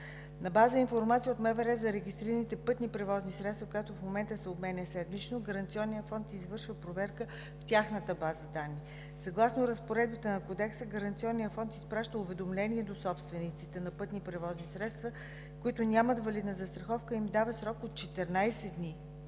На база информация от МВР за регистрираните пътни превозни средства, която и в момента се обменя седмично, Гаранционният фонд извършва проверка в тяхната база данни. Съгласно разпоредбите на Кодекса, Гаранционният фонд изпраща уведомление до собствениците на пътни превозни средства, които нямат валидна застраховка, и им дава срок от 14 дни